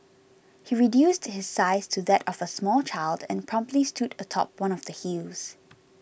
he reduced his size to that of a small child and promptly stood atop one of the hills